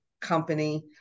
company